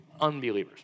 unbelievers